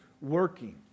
working